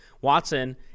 Watson